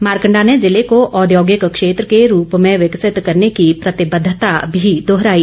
मारकंडा ने जिले को औद्योगिक क्षेत्र में के रूप में विकसित करने की प्रतिबद्धता भी दोहराई